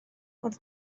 ond